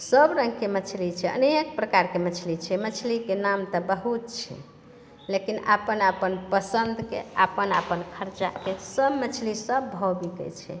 सब रङ्गके मछरी छै अनेक प्रकारके मछली छै मछलीके नाम तऽ बहुत छै लेकिन आपन आपन पसन्दके आपन आपन खर्चाके सब मछली सब भाओ बिकै छै